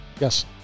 yes